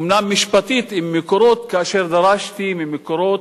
אומנם משפטית, עם "מקורות", כאשר דרשתי מ"מקורות"